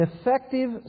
effective